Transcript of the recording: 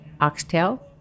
oxtail